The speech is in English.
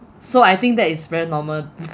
so I think that is very normal